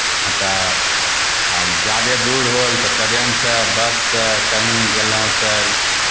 तऽ आब जादे दूर होल तऽ ट्रेनसँ बससँ कहीँ गेलहुँ चलि